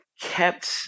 kept